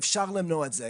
אפשר למנוע את זה,